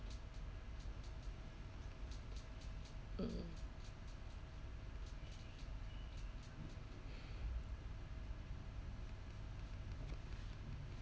mm